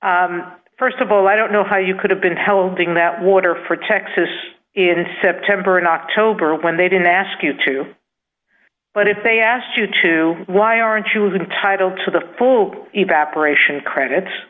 first of all i don't know how you could have been helping that water for texas in september and october when they didn't ask you to but if they asked you to why aren't you was entitled to the full evaporation credits